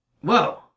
Whoa